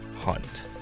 hunt